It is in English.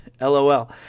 LOL